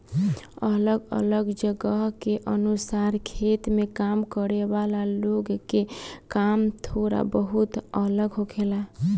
अलग अलग जगह के अनुसार खेत में काम करे वाला लोग के काम थोड़ा बहुत अलग होखेला